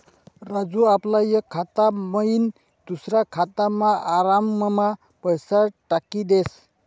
राजू आपला एक खाता मयीन दुसरा खातामा आराममा पैसा टाकी देस